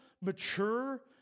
mature